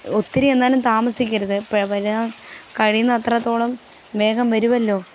ഒത്തിരിയെങ്ങാനും താമസിക്കരുത് വര വരാൻ കഴിയുന്ന അത്രത്തോളം വേഗം വരുവല്ലോ